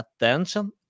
attention